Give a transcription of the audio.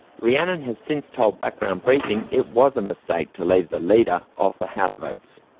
rhiannon has since told background briefing it was a mistake to leave the leader off the how-to-votes.